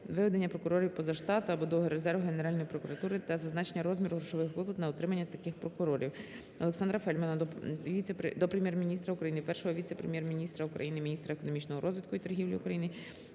виведення прокурорів "поза штат" або до резерву Генеральної прокуратури України та зазначення розміру грошових витрат на утримання таких прокурорів. Олександра Фельдмана до Прем'єр-міністра України, Першого віце-прем'єр-міністра України - міністра економічного розвитку і торгівлі України